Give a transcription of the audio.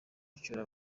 gucyura